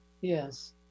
Yes